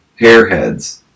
Hairheads